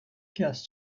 cast